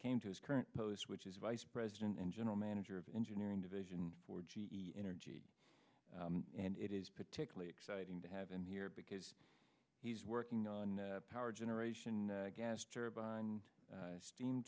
came to his current post which is vice president and general manager of engineering division for g e energy and it is particularly exciting to have him here because he's working on power generation gas turbine steam